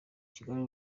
kigali